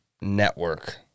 Network